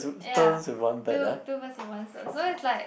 ya two two birds in one stone so is like